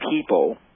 people